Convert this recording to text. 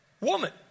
woman